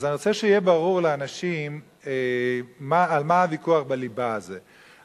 אז אני רוצה שיהיה ברור לאנשים על מה הוויכוח ב"ליבה" הזה.